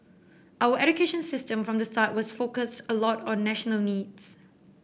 our education system from the start was focused a lot on national needs